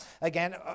again